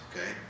okay